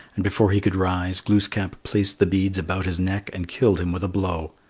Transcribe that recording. and before he could rise, glooskap placed the beads about his neck and killed him with a blow.